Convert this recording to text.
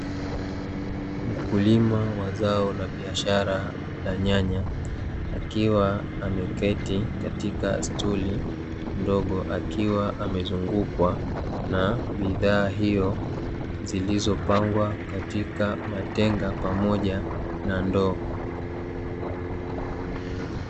Mkulima wa zao la biashara la nyanya akiwa ameketi katika stuli ndogo, akiwa amezungukwa na bidhaa hiyo zilizopangwa katika matenga pamoja na ndoo.